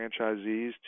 franchisees